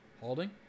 Holding